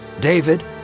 David